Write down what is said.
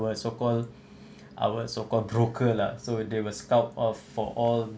our so called our so called broker lah so they will scout of for all